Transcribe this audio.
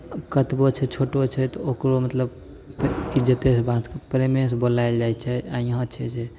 कतबो छै छोटो छै तऽ ओकरो मतलब इज्जतेसँ बात प्रेमे से बोलाएल जाइत छै आ यहाँ छै जे